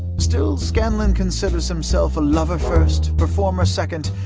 still, scanlan considers himself a lover first, performer second,